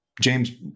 James